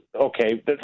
Okay